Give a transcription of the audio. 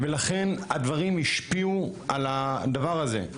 ולכן הדברים השפיעו על הדבר הזה.